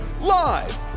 Live